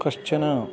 कश्चन